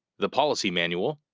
the policy manual